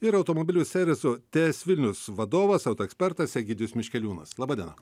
ir automobilių serviso ts vilnius vadovas auto ekspertas egidijus miškeliūnas laba diena